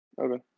Okay